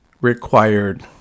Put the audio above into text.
required